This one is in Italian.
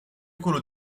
quello